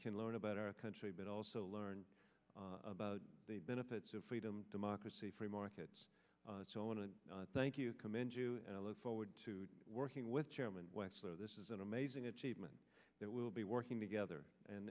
can learn about our country but also learn about the benefits of freedom democracy free markets so i want to thank you commend you and i look forward to working with chairman west so this is an amazing achievement that we'll be working together and